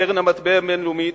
קרן המטבע הבין-לאומית.